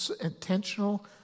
intentional